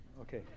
Okay